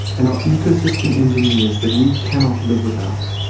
and are ecosystem engineers that we cannot live without.